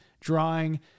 drawing